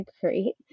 great